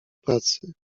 pracy